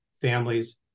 families